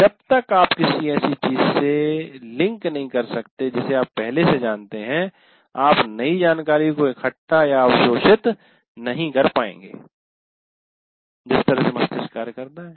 जब तक आप किसी ऐसी चीज से लिंक नहीं कर सकते जिसे आप पहले से जानते हैं आप नई जानकारी को इकट्ठा या अवशोषित नहीं कर पाएंगे जिस तरह से मस्तिष्क कार्य करता है